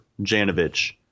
Janovich